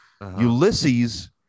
Ulysses